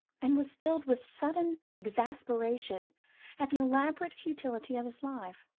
and was filled with sudden exasperation at the elaborate futility of his life.